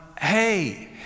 hey